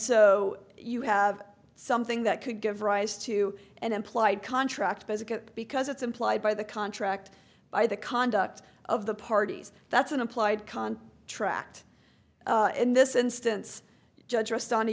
so you have something that could give rise to an implied contract because it's implied by the contract by the conduct of the parties that's an implied con tracked in this instance judge rest